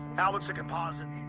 how it's a composite.